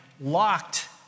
locked